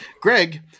Greg